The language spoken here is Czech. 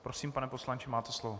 Prosím, pane poslanče, máte slovo.